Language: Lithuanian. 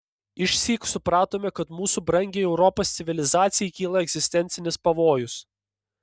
išsyk supratome kad mūsų brangiai europos civilizacijai kyla egzistencinis pavojus